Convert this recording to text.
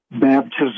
baptism